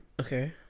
Okay